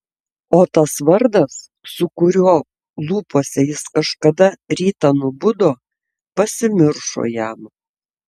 o tas vardas su kuriuo lūpose jis kažkada rytą nubudo pasimiršo jam